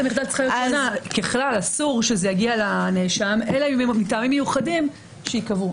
ככלל אסור שיגיע לנאשם אלא מטעמים מיוחדים שייקבעו.